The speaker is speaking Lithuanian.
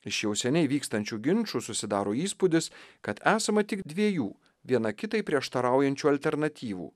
iš jau seniai vykstančių ginčų susidaro įspūdis kad esama tik dviejų viena kitai prieštaraujančių alternatyvų